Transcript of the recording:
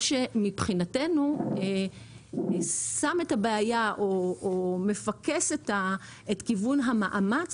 מה שמבחינתנו שם את הבעיה או מפקס את כיוון המאמץ